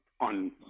on